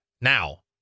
now